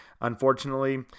Unfortunately